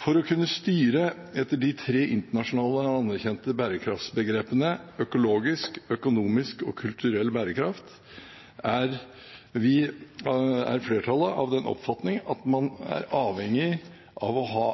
For å kunne styre etter de tre internasjonale anerkjente bærekraftsbegrepene – økologisk, økonomisk og kulturell bærekraft – er flertallet av den oppfatning at man er avhengig av å ha